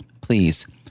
please